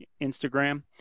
instagram